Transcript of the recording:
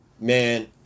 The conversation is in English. Man